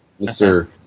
Mr